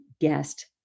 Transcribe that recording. guest